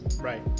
right